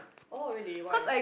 oh really why